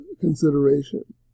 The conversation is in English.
consideration